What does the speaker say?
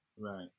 right